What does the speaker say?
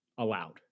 Allowed